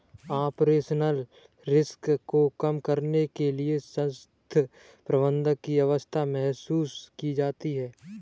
operational risk को कम करने के लिए सशक्त प्रबंधन की आवश्यकता महसूस की जाती है